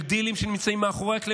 של דילים שנמצאים מאחורי הקלעים.